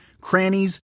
crannies